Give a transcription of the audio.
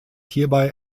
hierbei